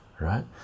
right